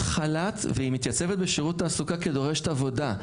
חל"ת והיא מתייצבת בשרות תעסוקה כדורשת עבודה.